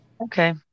Okay